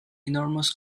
enormous